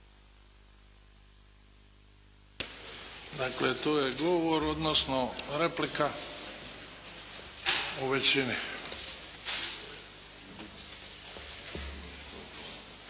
Dakle, to je govor, odnosno replika u većini.